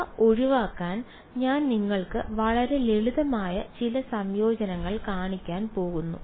അവ ഒഴിവാക്കാൻ ഞാൻ നിങ്ങൾക്ക് വളരെ ലളിതമായ ചില സംയോജനങ്ങൾ കാണിക്കാൻ പോകുന്നു